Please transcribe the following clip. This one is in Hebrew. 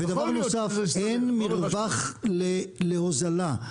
ודבר נוסף, אין מרווח להוזלה.